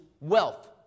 wealth